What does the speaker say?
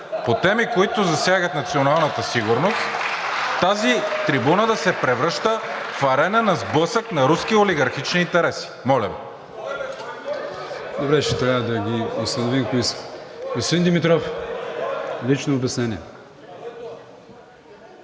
по теми, които засягат националната сигурност, тази трибуна да се превръща в арена на сблъсък на руски олигархични интереси. Моля Ви! ПРЕДСЕДАТЕЛ АТАНАС АТАНАСОВ: Добре, ще трябва да ги установим кои са. Господин Димитров – лично обяснение.